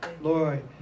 Lord